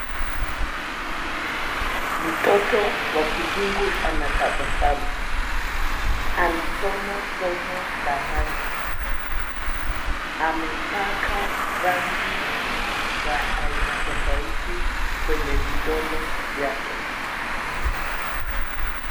Mtoto wa kizungu anatabasamu, anasoma somo la rangi, amepaka rangi za aina tofauti kwenye vidole vyake.